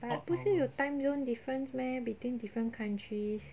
but 不是有 timezone difference meh between different countries